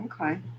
Okay